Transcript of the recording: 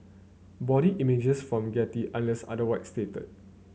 body images from Getty unless otherwise stated